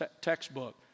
textbook